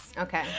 Okay